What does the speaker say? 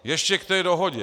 Ještě k té dohodě.